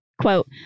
Quote